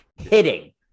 hitting